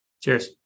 Cheers